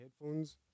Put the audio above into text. headphones